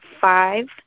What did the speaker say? Five